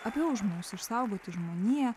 apie užmojus išsaugoti žmoniją